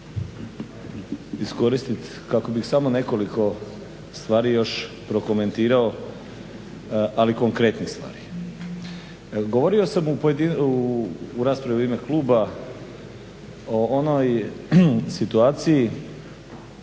iskoristiti kako bih samo nekoliko stvari još prokomentirao, ali konkretnih stvari. Govorio sam u raspravi u ime kluba o onoj situaciji